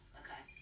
okay